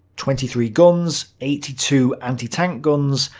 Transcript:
twenty three guns, eighty two anti-tank guns,